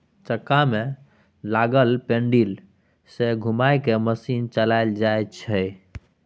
चक्का में लागल पैडिल सँ घुमा कय मशीन चलाएल जाइ छै